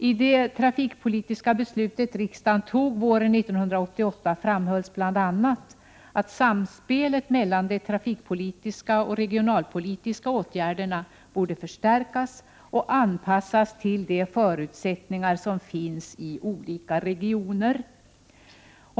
I det trafikpolitiska beslut som riksdagen fattade våren 1988 framhölls bl.a. att samspelet mellan de trafikpolitiska och regionalpolitiska åtgärderna borde förstärkas och anpassas till de förutsättningar som finns i olika regioner.